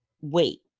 Wait